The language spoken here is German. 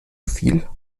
fiel